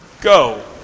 Go